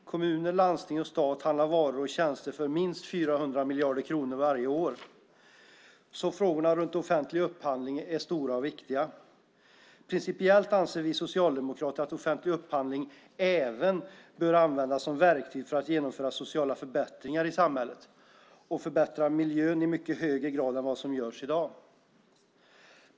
Fru talman! Kommuner, landsting och stat handlar varor och tjänster för minst 400 miljarder kronor varje år, så frågorna runt offentlig upphandling är stora och viktiga. Principiellt anser vi socialdemokrater att offentlig upphandling bör användas även som ett verktyg för att genomföra sociala förbättringar i samhället och förbättra miljön i mycket högre grad än vad som görs i dag.